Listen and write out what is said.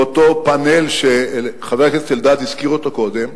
באותו פאנל שחבר הכנסת אלדד הזכיר אותו קודם,